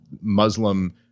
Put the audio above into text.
muslim